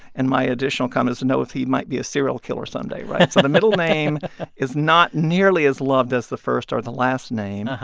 and my additional comment is to know if he might be a serial killer someday, right? so the middle name is not nearly as loved as the first or the last name.